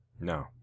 No